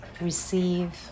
receive